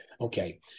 Okay